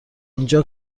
اینجا